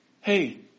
Hey